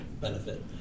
benefit